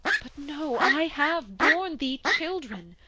but no i have borne thee children.